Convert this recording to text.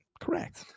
Correct